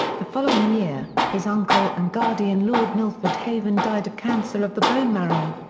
the following year, his uncle and guardian lord milford haven died of cancer of the bone marrow.